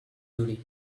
dolez